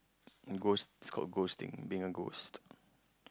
ghost it's called ghost thing being a ghost